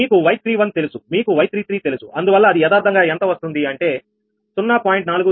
మీకు Y31 తెలుసు మీకు Y33 తెలుసుఅందువల్ల అది యదార్థంగా ఎంత వస్తుంది అంటే 0